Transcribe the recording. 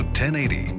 1080